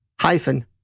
hyphen